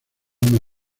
una